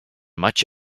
much